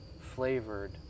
flavored